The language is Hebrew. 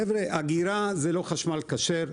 חבר'ה, אגירה זה לא חשמל כשר.